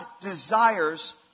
desires